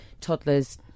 toddlers